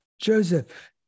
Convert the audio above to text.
Joseph